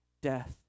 death